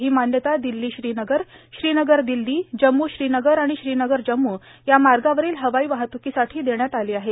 ही मान्यता दिल्ली श्रीनगर श्रीनगर दिल्ली जम्मू श्रीनगर आणि श्रीनगर जम्मू या मार्गावरील हवाई वाहतुकीसाठी देण्यात आली आहे